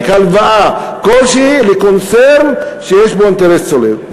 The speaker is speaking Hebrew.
הלוואה כלשהי לקונצרן שיש בו אינטרס צולב.